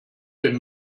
den